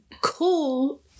cool